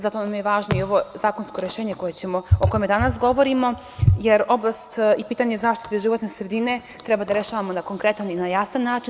Zato nam je važno i ovo zakonsko rešenje o kojem danas govorimo, jer oblast i pitanje zaštite životne sredine treba da rešavamo na konkretan i na jasan način.